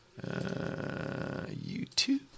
YouTube